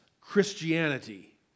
Christianity